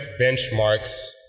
benchmarks